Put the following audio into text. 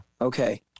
okay